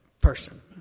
person